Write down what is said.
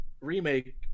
Remake